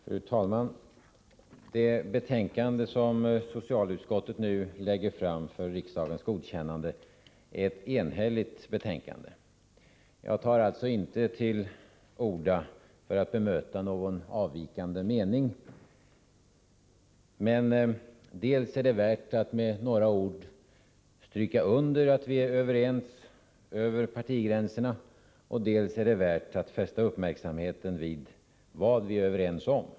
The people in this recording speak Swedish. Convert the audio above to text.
Fru talman! Det betänkande som socialutskottet nu lägger fram för riksdagens godkännande är ett enhälligt betänkande. Jag tar alltså inte till orda för att bemöta någon avvikande åsikt. Men dels är det värt att med några ord understryka att vi är överens över partigränserna och dels är det värt att fästa uppmärksamheten vid vad vi är överens om.